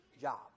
job